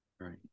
right